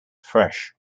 fresh